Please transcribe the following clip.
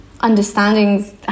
understandings